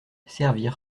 servir